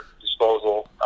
disposal